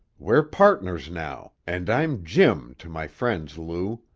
we're partners now, and i'm jim to my friends, lou.